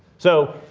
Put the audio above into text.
so,